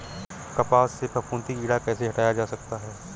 कपास से फफूंदी कीड़ा कैसे हटाया जा सकता है?